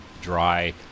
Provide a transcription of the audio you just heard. dry